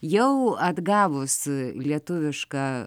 jau atgavus lietuvišką